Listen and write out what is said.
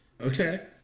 Okay